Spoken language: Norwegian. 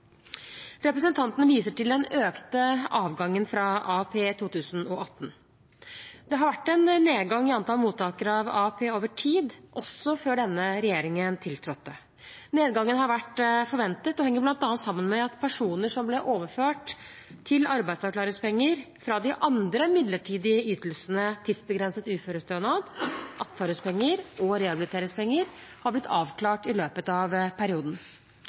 Representanten viser til den økte avgangen fra AAP i 2018. Det har vært en nedgang i antall mottakere av AAP over tid, også før denne regjeringen tiltrådte. Nedgangen har vært forventet og henger bl.a. sammen med at personer som ble overført til arbeidsavklaringspenger fra de andre midlertidige ytelsene, tidsbegrenset uførestønad, attføringspenger og rehabiliteringspenger, har blitt avklart i løpet av perioden.